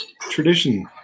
tradition